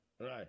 Right